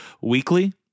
weekly